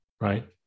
Right